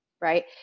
right